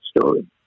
story